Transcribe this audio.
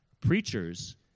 Preachers